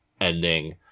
ending